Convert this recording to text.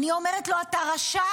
אני אומרת לו: אתה רשאי,